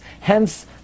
hence